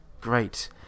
Great